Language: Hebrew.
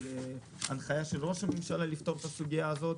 ויש הנחיה של ראש הממשלה לפתור את הסוגיה הזאת.